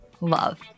Love